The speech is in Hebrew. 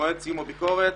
במועד סיום הביקורת,